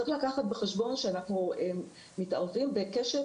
צריך לקחת בחשבון שאנחנו מתערבים בקשת